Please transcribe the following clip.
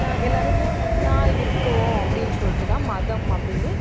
எல்லாருமே ஒன்றா இருக்குவோம் அப்படின்னு சொல்லிட்டு தான் மதம் அப்படின்னு